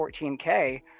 14K